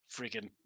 Freaking